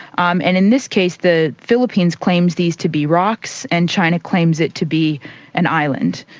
um and in this case the philippines claims these to be rocks and china claims it to be an island,